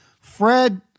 Fred